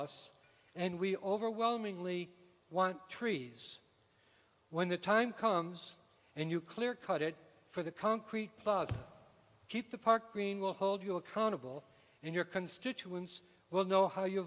us and we overwhelmingly want trees when the time comes and you clear cut it for the concrete but keep the park green will hold you accountable and your constituents will know how you